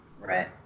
Right